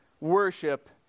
Worship